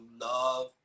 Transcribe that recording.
love